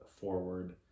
forward